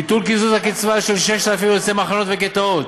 ביטול קיזוז הקצבה של כ־6,000 יוצאי מחנות וגטאות,